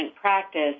practice